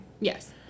Yes